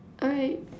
alright